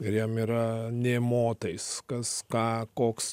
ir jam yra nė motais kas ką koks